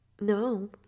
No